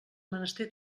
menester